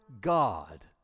God